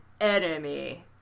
enemy